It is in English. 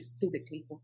physically